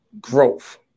growth